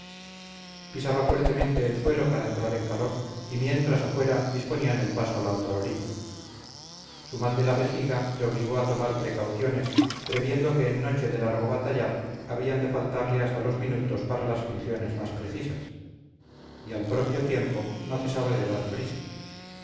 pisaba fuertemente el suelo para entrar en calor y mientras afuera disponían el paso a la otra orilla su mal de la vejiga le obligó a tomar precauciones previendo que en noche de largo batallar habían de faltarle hasta los minutos para las funciones más precisas y al propio tiempo no cesaba de dar prisa